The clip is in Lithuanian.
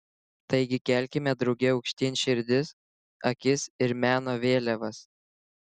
taigi kelkime drauge aukštyn širdis akis ir meno vėliavas